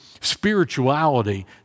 spirituality